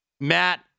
Matt